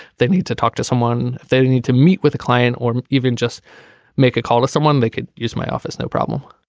they need to talk to someone if they need to meet with a client or even just make a call to someone they could use my office. no problem.